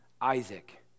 Isaac